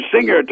Singer